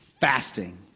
fasting